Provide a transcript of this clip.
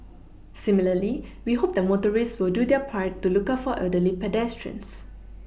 similarly we hope that motorists will do their part to look out for elderly pedestrians